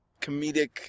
comedic